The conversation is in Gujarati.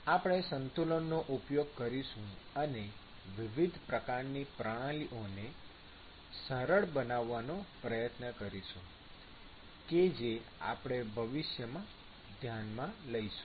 આપણે સંતુલનનો ઉપયોગ કરીશું અને વિવિધ પ્રકારની પ્રણાલીઓને સરળ બનાવવાનો પ્રયત્ન કરીશું કે જેને આપણે ભવિષ્યમાં ધ્યાનમાં લઈશું